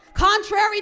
Contrary